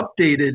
updated